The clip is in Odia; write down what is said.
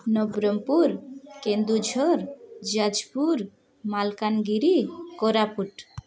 ନବରଙ୍ଗପୁର କେନ୍ଦୁଝର ଯାଜପୁର ମାଲକାନଗିରି କୋରାପୁଟ